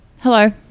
Hello